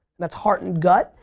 that's heart and gut,